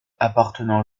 appartenant